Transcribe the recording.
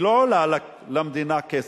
היא לא עולה למדינה כסף.